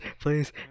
please